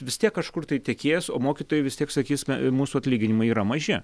vis tiek kažkur tai tekės o mokytojai vis tiek sakys na mūsų atlyginimai yra maži